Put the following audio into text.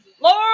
Lord